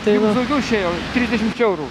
tai jau pagausėjo trisdešimčia eurų